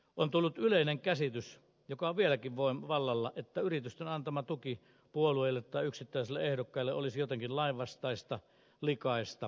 on tullut yleinen käsitys joka on vieläkin vallalla että yritysten antama tuki puolueille tai yksittäisille ehdokkaille olisi jotenkin lainvastaista likaista ja väärää